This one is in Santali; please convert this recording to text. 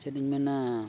ᱪᱮᱫ ᱤᱧ ᱢᱮᱱᱟ